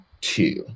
two